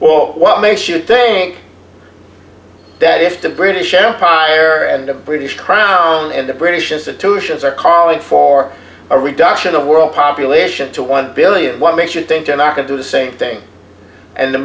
or what makes you think that if the british empire and the british crown and the british institutions are calling for a reduction of world population to one billion what makes you think they're not going to the same thing and the